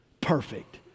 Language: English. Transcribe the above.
perfect